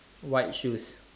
white shoes